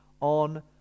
on